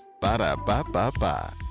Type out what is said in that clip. Ba-da-ba-ba-ba